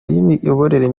y’imiyoborere